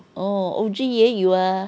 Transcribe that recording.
oh O_G 也有啊